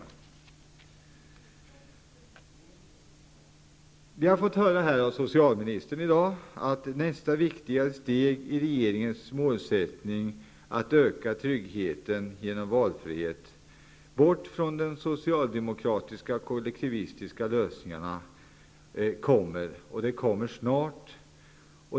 Vi har i dag fått höra av socialministern att nästa viktiga steg i regeringens mål att öka tryggheten genom valfrihet bort från de socialdemokratiska kollektivistiska lösningarna kommer, och att det kommer snart.